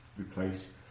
replace